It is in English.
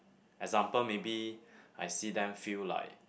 example maybe I see them feel like